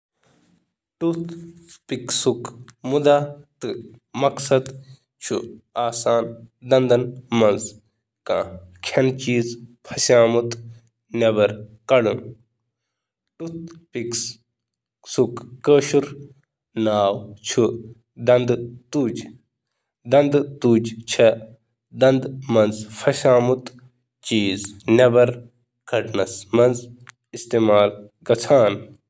Tooth پکسُک مقصد چھُ دنٛدن منٛز گنٛدٕ ٹُکرٕ کڑنہٕ خٲطرٕ دنٛد صاف کرنہٕ خٲطرٕ استعمال یِوان کرنہٕ تہٕ کٲشِرِ زبٲنۍ منٛز چھُ ٹوتھ پکسُک مطلب ٹُج ۔